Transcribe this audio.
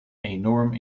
enorm